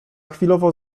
chwilowo